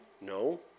no